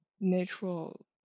natural